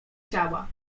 ciała